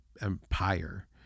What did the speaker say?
empire